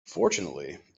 fortunately